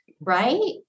right